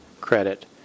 credit